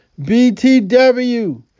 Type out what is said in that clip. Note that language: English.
BTW